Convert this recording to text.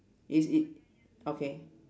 is it okay